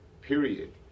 period